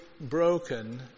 broken